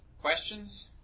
Questions